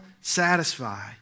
satisfy